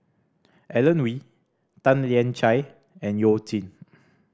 Alan Oei Tan Lian Chye and You Jin